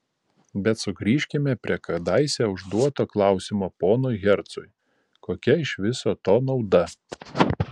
bet sugrįžkime prie kadaise užduoto klausimo ponui hercui kokia iš viso to nauda